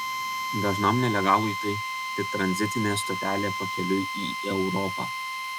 dažnam nelegalui tai tik tranzitinė stotelė pakeliui į europą